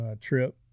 trip